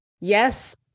yes